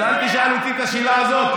אז אל תשאל אותי את השאלה הזאת,